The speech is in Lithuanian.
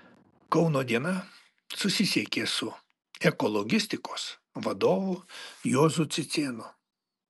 kauno diena susisiekė su ekologistikos vadovu juozu cicėnu